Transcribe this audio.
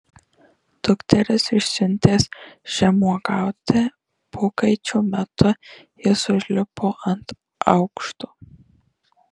dukteris išsiuntęs žemuogiauti pokaičio metu jis užlipo ant aukšto